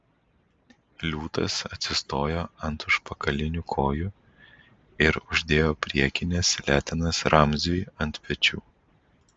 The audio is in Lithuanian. liūtas atsistojo ant užpakalinių kojų ir uždėjo priekines letenas ramziui ant pečių